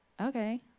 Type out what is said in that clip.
okay